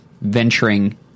venturing